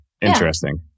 interesting